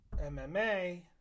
MMA